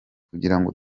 kugirango